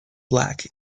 black